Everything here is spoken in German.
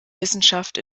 wissenschaft